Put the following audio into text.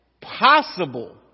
possible